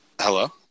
Hello